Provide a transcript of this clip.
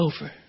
over